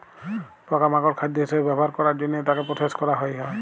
পকা মাকড় খাদ্য হিসবে ব্যবহার ক্যরের জনহে তাকে প্রসেস ক্যরা হ্যয়ে হয়